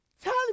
Tell